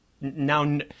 now